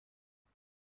نیستم